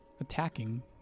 attacking